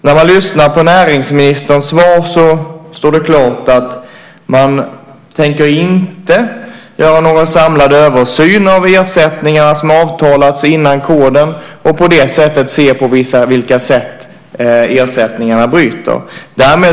När man lyssnar på näringsministerns svar står det klart att man inte tänker göra någon samlad översyn av ersättningar som avtalats innan koden infördes och på det sättet se på vilka sätt ersättningarna bryter mot den.